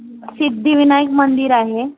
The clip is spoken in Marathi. सिद्धिविनायक मंदिर आहे